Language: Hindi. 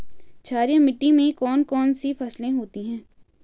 क्षारीय मिट्टी में कौन कौन सी फसलें होती हैं?